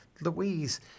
Louise